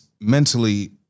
mentally